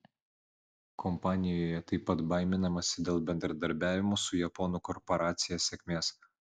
kompanijoje taip pat baiminamasi dėl bendradarbiavimo su japonų korporacija sėkmės